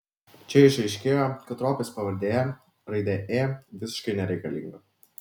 čia išaiškėjo kad ropės pavardėje raidė ė visiškai nereikalinga